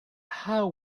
how